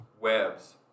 webs